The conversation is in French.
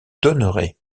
donnerai